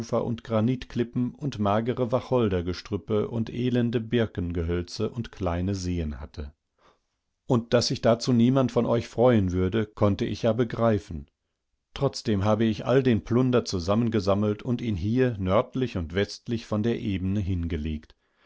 und granitklippen und magere wacholdergestrüppe und elende birkengehölze und kleine seen hatte und daß sich dazu niemand von euch freuen würde konnte ich ja begreifen trotzdem habe ich all den plunder zusammengesammelt und ihn hier nördlich und westlich von der ebene hingelegt